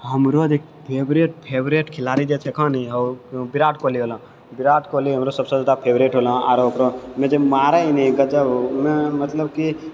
हमरो जे favourite favourite खेलाड़ी जे छै अखनि ओ विराट कोहली भेलौ विराट कोहली हमरो सभसँ जादा फेवरेट भेलौ आरो ओकरो उ जे मारैय ने गजब मतलब कि